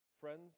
friends